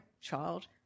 child